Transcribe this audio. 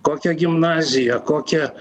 kokia gimnazija kokia